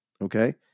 Okay